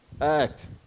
act